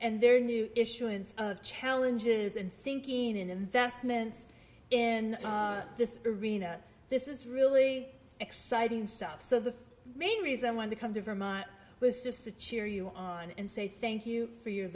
their new issuance of challenges and thinking and investments in this arena this is really exciting stuff so the main reason i wanted to come to vermont was just to cheer you on and say thank you for your